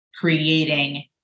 creating